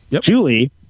Julie